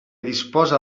disposa